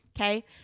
okay